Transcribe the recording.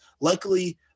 Luckily